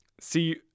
See